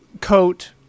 coat